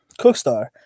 Cookstar